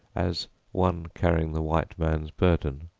as one carrying the white man's burden.